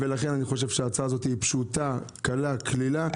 לכן ההצעה הזו פשוטה, קלילה.